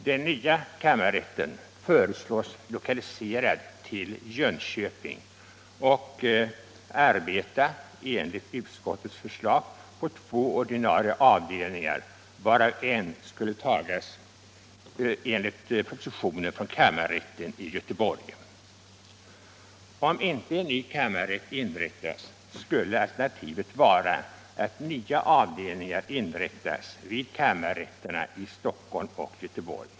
Den nya kammarrätten föreslås lokaliserad till Jönköping och, enligt utskottets förslag, arbeta på två ordinarie avdelningar, varav en skulle tas från kammarrätten i Göteborg. Om inte en ny kammarrätt inrättas skulle alternativet vara att nya avdelningar inrättas vid kammarrätterna i Stockholm och Göteborg.